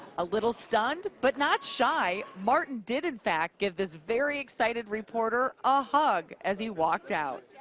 a little stunned, but not shy, martin did in fact give this very excited reporter a hug as he walked out.